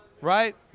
right